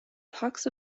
talks